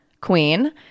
queen